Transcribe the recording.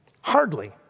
Hardly